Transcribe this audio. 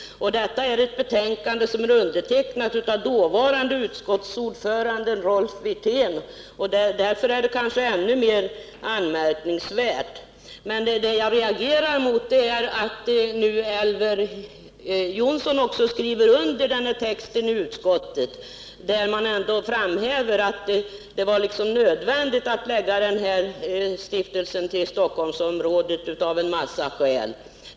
Detta betänkande är undertecknat av dåvarande utskottsordföranden Rolf Wirtén, och därför är det kanske ännu mer anmärkningsvärt. Men det jag reagerar mot är att nu Elver Jonsson skriver under denna text i utskottsbetänkandet, där man framhäver att det var nödvändigt att lägga denna stiftelse till Stockholmsområdet av en rad skäl.